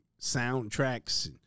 soundtracks